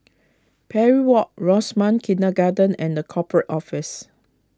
Parry Walk Rosemount Kindergarten and the Corporate Office